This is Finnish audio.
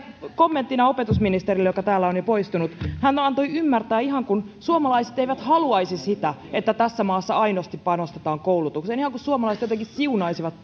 kommenttina opetusministerille joka täältä on jo poistunut hän antoi ymmärtää että suomalaiset eivät haluaisi sitä että tässä maassa aidosti panostetaan koulutukseen että ihan kuin suomalaiset jotenkin siunaisivat